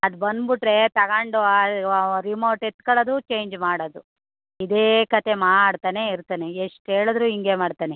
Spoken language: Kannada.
ಅದು ಬಂದು ಬಿಟ್ರೆ ತಗೊಂಡು ರಿಮೋಟ್ ಎತ್ಕೊಳೋದು ಚೇಂಜ್ ಮಾಡೋದು ಇದೇ ಕತೆ ಮಾಡ್ತಾನೇ ಇರ್ತಾನೆ ಎಷ್ಟು ಹೇಳದ್ರು ಹಿಂಗೇ ಮಾಡ್ತಾನೆ